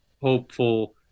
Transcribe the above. hopeful